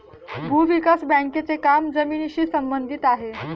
भूविकास बँकेचे काम जमिनीशी संबंधित आहे